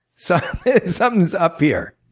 so something's up here.